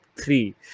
three